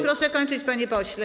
Proszę kończyć, panie pośle.